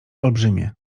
olbrzymie